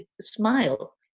smile